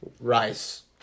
rice